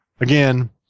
Again